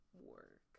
work